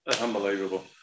unbelievable